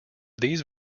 these